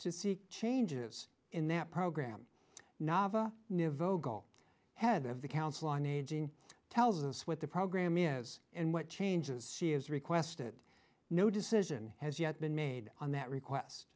to seek changes in that program nava new vogel head of the council on aging tells us what the program is and what changes she has requested no decision has yet been made on that request